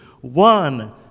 one